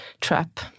trap